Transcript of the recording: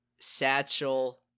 satchel